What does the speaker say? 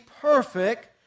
perfect